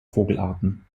vogelarten